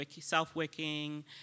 self-wicking